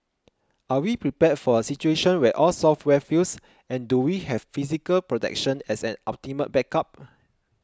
are we prepared for a situation where all software fails and do we have physical protection as an ultimate backup